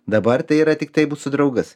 dabar tai yra tiktai mūsų draugas